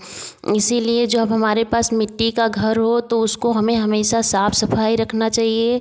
इसीलिए जब हमारे पास मिट्टी का घर हो तो उसको हमें हमेशा साफ़ सफ़ाई रखना चाहिए